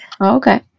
Okay